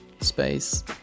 space